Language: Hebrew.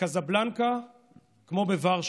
בקזבלנקה כמו בוורשה,